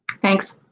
thanks.